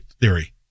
theory